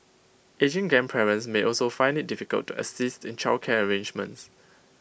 ageing grandparents may also find IT difficult to assist in childcare arrangements